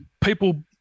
people